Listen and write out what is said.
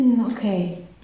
Okay